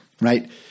right